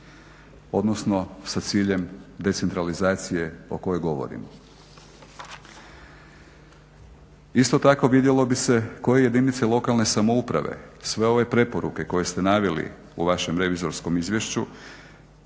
odnosno sa ciljem decentralizacije o kojoj govorimo. Isto tako vidjelo bi se koje jedinice lokalne samouprave sve ove preporuke koje ste naveli u vašem revizorskom izvješću,